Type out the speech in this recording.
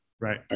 Right